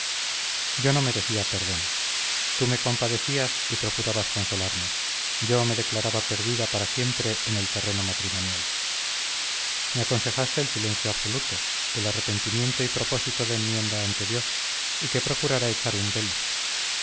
yo no merecía perdón tú me compadecías y procurabas consolarme yo me declaraba perdida para siempre en el terreno matrimonial me aconsejaste el silencio absoluto el arrepentimiento y propósito de enmienda ante dios y que procurara echar un velo